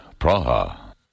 Praha